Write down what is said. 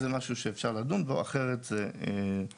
אז זה משהו שאפשר לדון בו, אחרת זה בעייתי.